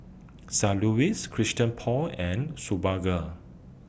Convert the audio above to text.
Saint Ives Christian Paul and Superga